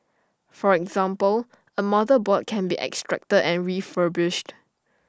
for example A motherboard can be extracted and refurbished